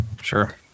Sure